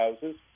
houses